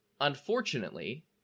Unfortunately